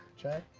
check?